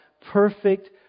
perfect